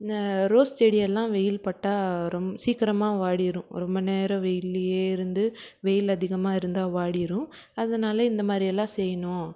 rose செடியெல்லாம் வெயில் பட்டால் ரொ சீக்கிரமாக வாடிடும் ரொம்ப நேரம் வெயிலில் இருந்து வெயில் அதிகமாக இருந்தால் வாடிடும் அதனால் இந்த மாதிரி எல்லாம் செய்யணும்